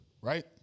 Right